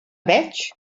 veig